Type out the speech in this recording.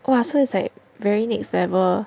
!wah! so is like very next level